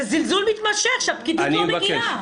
זה זלזול מתמשך, שהפקידות לא מגיעה.